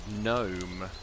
gnome